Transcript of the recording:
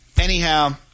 Anyhow